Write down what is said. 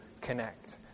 connect